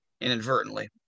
inadvertently